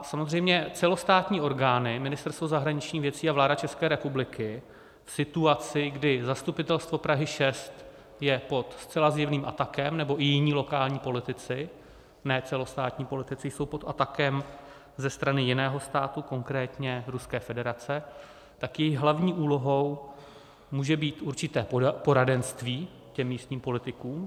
Samozřejmě celostátní orgány, Ministerstvo zahraničních věcí a vláda České republiky, v situaci, kdy zastupitelstvo Prahy 6 je pod zcela zjevným atakem, nebo i jiní lokální, ne celostátní politici jsou pod atakem ze strany jiného státu, konkrétně Ruské federace, tak jejich hlavní úlohou může být určité poradenství místním politikům.